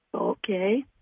Okay